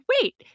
wait